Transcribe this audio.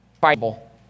Bible